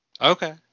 Okay